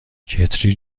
کتری